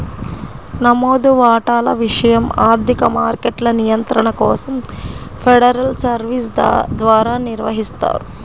నమోదు వాటాల విషయం ఆర్థిక మార్కెట్ల నియంత్రణ కోసం ఫెడరల్ సర్వీస్ ద్వారా నిర్వహిస్తారు